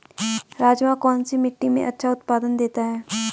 राजमा कौन सी मिट्टी में अच्छा उत्पादन देता है?